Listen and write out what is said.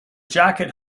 jacket